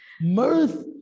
Mirth